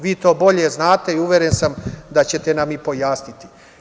Vi to bolje znate i uveren sam da ćete nam i pojasniti.